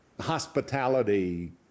hospitality